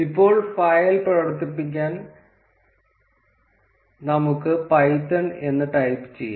ഇപ്പോൾ ഫയൽ പ്രവർത്തിപ്പിക്കാൻ നമുക്ക് പൈത്തൺ എന്ന് ടൈപ്പ് ചെയ്യാം